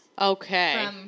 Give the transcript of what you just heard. Okay